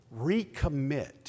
recommit